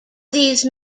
these